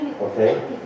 Okay